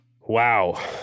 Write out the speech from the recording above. Wow